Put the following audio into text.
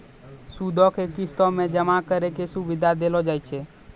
सूदो के किस्तो मे जमा करै के सुविधा देलो जाय छै